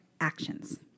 actions